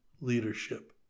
leadership